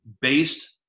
based